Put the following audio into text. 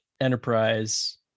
enterprise